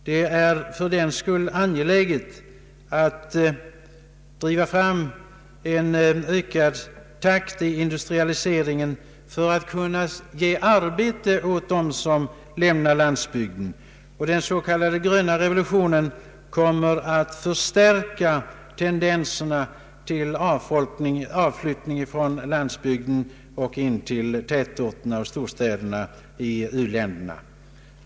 Det är fördenskull angeläget att driva fram en ökad takt i industrialiseringen för att kunna ge arbete åt dem som lämnar landsbygden. Den s.k. gröna revolutionen kommer att förstärka tendenserna till avflyttning från landsbygden och in till tätorterna och storstäderna i u-länderna.